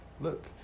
look